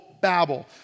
babble